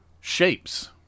Shapes